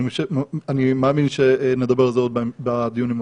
אני מאמין שנדבר על זה עוד בדיונים הבאים.